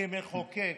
כמחוקק,